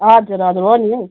हजुर हजुर हो नि